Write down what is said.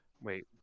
Wait